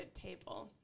table